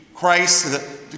Christ